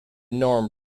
norm